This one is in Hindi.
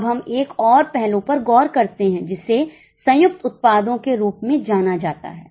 अब हम एक और पहलू पर गौर करते हैं जिसे संयुक्त उत्पादों के रूप में जाना जाता है